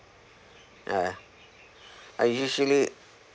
uh I usually